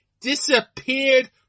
disappeared